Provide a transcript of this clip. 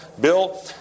Bill